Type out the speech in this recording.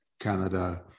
Canada